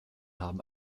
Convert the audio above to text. haben